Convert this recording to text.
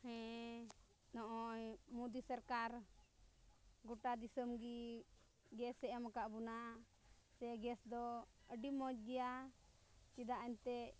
ᱦᱮᱸ ᱱᱚᱜᱼᱚᱭ ᱢᱳᱫᱤ ᱥᱚᱨᱠᱟᱨ ᱜᱚᱴᱟ ᱫᱤᱥᱚᱢ ᱜᱮ ᱜᱮᱥᱮ ᱮᱢ ᱠᱟᱜ ᱵᱚᱱᱟ ᱥᱮ ᱜᱮᱥ ᱫᱚ ᱟᱹᱰᱤ ᱢᱚᱡᱽ ᱜᱮᱭᱟ ᱪᱮᱫᱟᱜ ᱮᱱᱛᱮᱫ